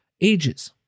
ages